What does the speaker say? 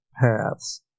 paths